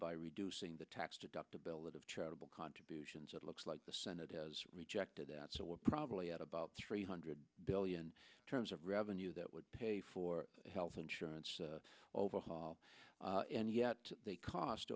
by reducing the tax deductibility of charitable contributions it looks like the senate has rejected that so we're probably at about three hundred billion terms of revenue that would pay for health insurance overhaul and yet the cost